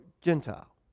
Gentile